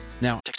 Now